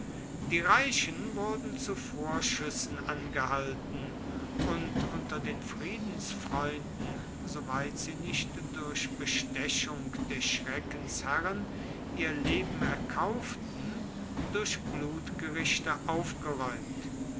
die reichen wurden zu vorschüssen angehalten und unter den friedensfreunden soweit sie nicht durch bestechung der schreckensherren ihr leben erkauften durch blutgerichte aufgeräumt